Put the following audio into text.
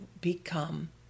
become